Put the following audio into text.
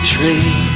tree